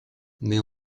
mais